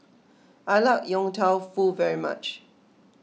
I like Yong Tau Foo very much